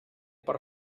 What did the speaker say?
per